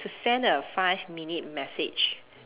to send a five minute message